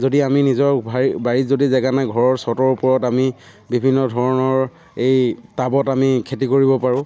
যদি আমি নিজৰ বাৰীত যদি জেগা নাই ঘৰৰ চটৰ ওপৰত আমি বিভিন্ন ধৰণৰ এই টাবত আমি খেতি কৰিব পাৰোঁ